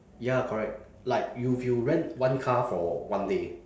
ya correct like if you rent one car for one day